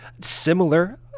similar